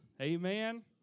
Amen